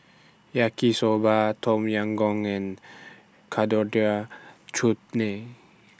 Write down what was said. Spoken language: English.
Yaki Soba Tom Yam Goong and Coriander Chutney